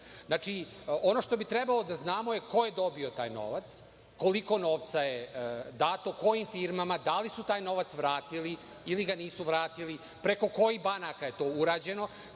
ono što bi trebalo da znamo je ko je dobio taj novac, koliko novca je dato, kojim firmama, da li su taj novac vratili ili ga nisu vratili, preko kojih banaka je to urađeno,